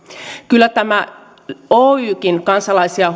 kyllä tämä oykin kansalaisia